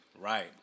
Right